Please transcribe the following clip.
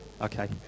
okay